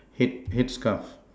head headscarf